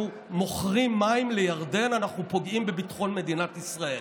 מוכרים מים לירדן אנחנו פוגעים בביטחון מדינת ישראל.